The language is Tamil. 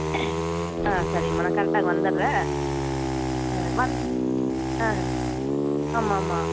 ஆ சரிங்கம்மா நான் கரெக்டாக அங்கே வந்துடுறேன் ஆ வந் ஆ ஆமாம் ஆமாம்